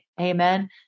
Amen